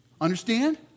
Understand